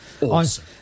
Awesome